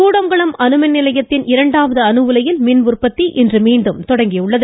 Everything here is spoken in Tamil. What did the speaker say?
கூடங்குளம் அணுமின்நிலையத்தின் இரண்டாவது அணுஉலையில் மின் உற்பத்தி இன்று மீண்டும் தொடங்கியுள்ளது